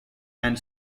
and